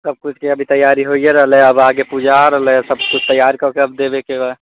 सभ किछुके अभी तैयारी होइए रहलै है अब आगे पूजा आ रहलै है सभके तैयार कऽके अब देबैके है